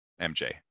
MJ